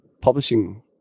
publishing